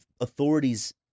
authorities